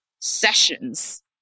sessions